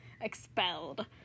Expelled